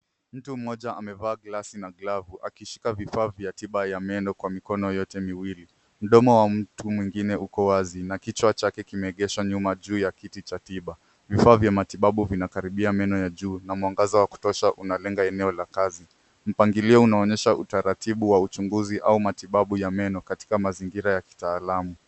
Mtu mmoja amevaa glasi na glovu akishika vifaa vya tiba ya meno kwa mikono yote miwili, mdomo wa mtu mwingine uko wazi na kichwa chake kimeegeshwa nyuma juu ya kiti cha tiba. Vifaa vya matibabu vinakaribia meno ya juu na mwangaza wa kutosha unalenga eneo la kazi. Mpangilio unaonyesha utaratibu wa uchunguzi au matibabu ya meno katika mazingira ya kitaalamu.